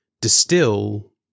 distill